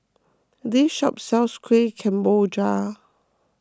this shop sells Kuih Kemboja